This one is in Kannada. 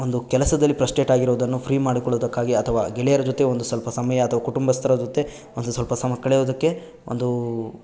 ಒಂದು ಕೆಲಸದಲ್ಲಿ ಪ್ರಶ್ಟೇಟ್ ಆಗಿರುವುದನ್ನು ಫ್ರೀ ಮಾಡಿಕೊಳ್ಳುವುದಕ್ಕಾಗಿ ಅಥವಾ ಗೆಳೆಯರ ಜೊತೆ ಒಂದು ಸ್ವಲ್ಪ ಸಮಯ ಅಥವಾ ಕುಟುಂಬಸ್ಥರ ಜೊತೆ ಒಂದು ಸ್ವಲ್ಪ ಸಮ ಕಳೆಯುವುದಕ್ಕೆ ಒಂದು